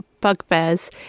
bugbears